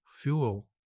fuel